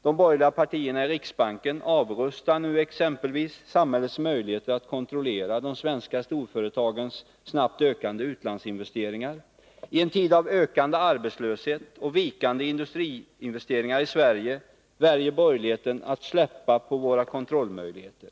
De borgerliga partierna i riksbanken avrustar nu exempelvis samhällets möjligheter att kontrollera de svenska storföretagenssnabbt ökande utlandsinvesteringar. I en tid av ökande arbetslöshet och vikande industriinvesteringar i Sverige väljer borgerligheten att släppa på våra kontrollmöjligheter.